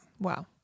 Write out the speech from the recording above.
Wow